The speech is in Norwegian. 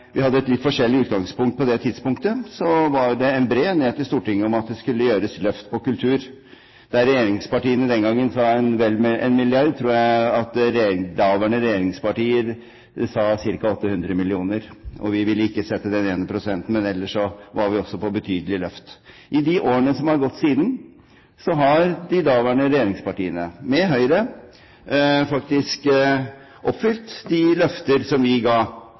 vi hadde et litt forskjellig utgangspunkt på det tidspunktet, var det en bred enighet i Stortinget om at det skulle gjøres et løft på kultur. Mens dagens regjeringspartier den gang sa vel 1 mrd. kr, tror jeg at daværende regjeringspartier sa ca. 800 mill. kr. Vi ville ikke sette den ene prosenten, men ellers var vi også for betydelige løft. I de årene som har gått siden, har de daværende regjeringspartiene, sammen med Høyre, faktisk oppfylt de løftene som vi ga